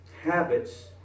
habits